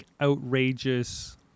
outrageous